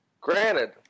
Granted